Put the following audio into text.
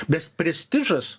best prestižas